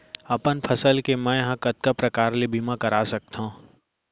अपन फसल के मै ह कतका प्रकार ले बीमा करा सकथो?